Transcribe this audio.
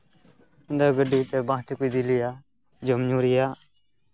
ᱜᱟᱹᱰᱤᱛᱮ ᱵᱟᱥ ᱛᱮᱠᱚ ᱤᱫᱤᱞᱮᱭᱟ ᱡᱚᱢ ᱧᱩ ᱨᱮᱭᱟᱜ